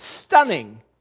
stunning